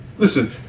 Listen